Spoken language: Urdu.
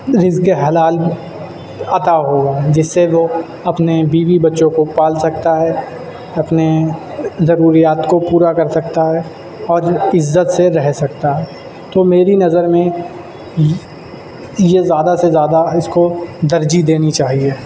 رزق حلال عطا ہوگا جس سے وہ اپنے بیوی بچوں کو پال سکتا ہے اپنے ضروریات کو پورا کر سکتا ہے اور جو عزت سے رہ سکتا ہے تو میری نظر میں یہ زیادہ سے زیادہ اس کو ترجیح دینی چاہیے